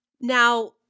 Now